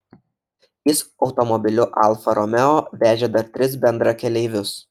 jis automobiliu alfa romeo vežė dar tris bendrakeleivius